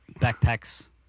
backpacks